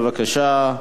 בבקשה.